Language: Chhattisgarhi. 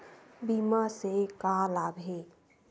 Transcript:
बीमा से का लाभ हे?